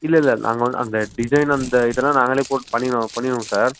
இல்லை இல்லை நாங்கள் வந்து அந்த டிசைன் அந்த இதலாம் நாங்களே போட்டு பண்ணிவிடுவோம் பண்ணிவிடுவோம் சார்